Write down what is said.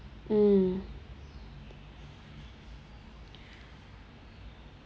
mm